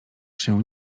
się